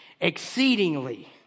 exceedingly